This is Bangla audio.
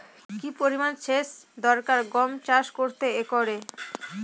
কি পরিমান সেচ দরকার গম চাষ করতে একরে?